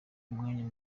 umwanya